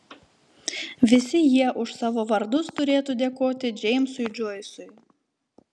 visi jie už savo vardus turėtų dėkoti džeimsui džoisui